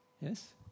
Yes